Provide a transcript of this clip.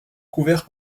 couvert